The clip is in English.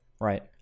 Right